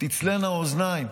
תצלינה האוזניים.